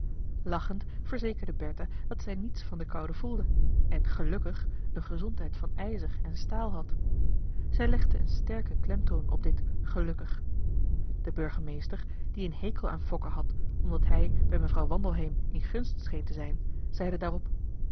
lachend verzekerde bertha dat zij niets van de koude voelde en gelukkig een gezondheid van ijzer en staal had zij legde een sterken klemtoon op dit gelukkig de burgemeester die een hekel aan fokke had omdat hij bij mevrouw wandelheem in gunst scheen te zijn zeide daarop